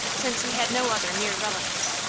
since he had no other near relatives.